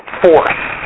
force